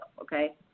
okay